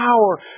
power